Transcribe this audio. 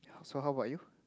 so how about you